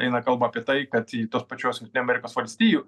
eina kalba apie tai kad tos pačios amerikos valstijų